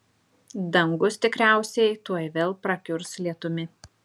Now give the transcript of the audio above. dangus tikriausiai tuoj vėl prakiurs lietumi